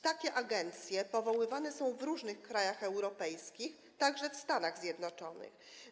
Takie agencje powoływane są w różnych krajach europejskich, także w Stanach Zjednoczonych.